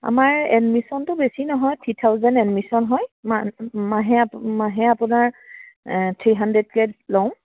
আমাৰ এডমিশ্যনটো বেছি নহয় থ্ৰী থাউজেণ্ড এডমিশ্যন হয় মা মাহে মাহে আপোনাৰ থ্ৰী হাণ্ড্ৰেডকৈ লওঁ